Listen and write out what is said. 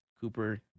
Cooper